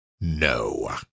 No